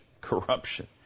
corruption